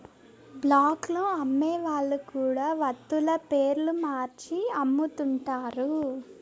black లో అమ్మే వాళ్ళు కూడా వత్తుల పేర్లు మార్చి అమ్ముతుంటారు